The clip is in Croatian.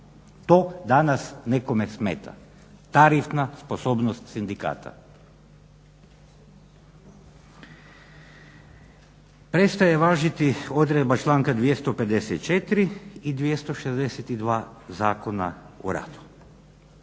To danas nekome smeta, tarifna sposobnost sindikata. Prestaje važiti odredba članka 254. i 262. Zakona o radu,